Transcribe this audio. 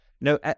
No